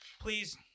please –